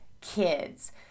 kids